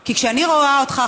כי כשאני רואה אותך,